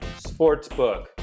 sportsbook